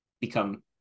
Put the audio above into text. become